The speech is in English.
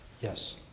Yes